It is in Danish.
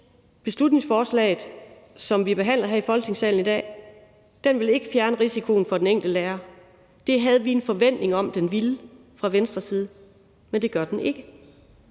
beslutningsforslaget, som vi behandler her i Folketingssalen i dag, ikke vil fjerne risikoen for den enkelte lærer. Det havde vi fra Venstres side en forventning om at det ville, men det gør det ikke.